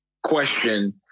question